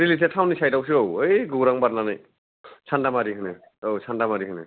रिएलिटिया टाउननि सायदावसो औ यै गौरां बारनानै सान्दामारि होनो औ सान्दामारि होनो